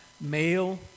male